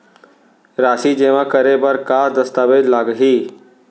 राशि जेमा करे बर का दस्तावेज लागही?